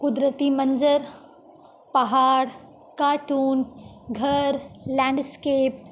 قدرتی منظر پہاڑ کارٹون گھر لینڈسکیپ